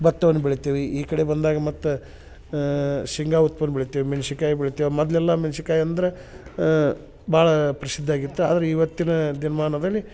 ಬತ್ತವನ್ನ ಬೆಳಿತೀವಿ ಈ ಕಡೆ ಬಂದಾಗ ಮತ್ತು ಶೇಂಗ ಉತ್ಪನ್ನ ಬೆಳಿತೀವಿ ಮೆನ್ಸಿನ್ಕಾಯಿ ಬೆಳಿತಿವಿ ಮೊದ್ಲೆಲ್ಲ ಮೆನ್ಸಿನ್ಕಾಯಿ ಅಂದ್ರ ಭಾಳಾ ಪ್ರಸಿದ್ಧ ಆಗಿತ್ತು ಆದ್ರ ಇವತ್ತಿನ ದಿನ್ಮಾನದಲ್ಲಿ